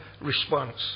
response